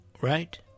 right